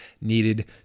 needed